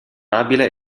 abile